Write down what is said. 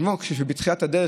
כמו שבתחילת הדרך,